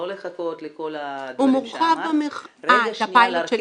לא לחכות לכל הדברים שאמרת --- את הפיילוט של 'יחד'?